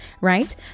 right